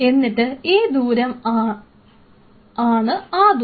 എന്നിട്ട് ഈ ദൂരം ആണ് ആ ദൂരം